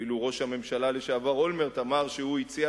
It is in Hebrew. אפילו ראש הממשלה לשעבר אולמרט אמר שהוא הציע